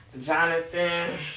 Jonathan